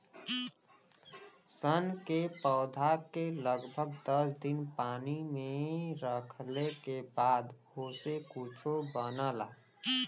सन के पौधा के लगभग दस दिन पानी में रखले के बाद ओसे कुछो बनला